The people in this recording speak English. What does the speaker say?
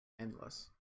endless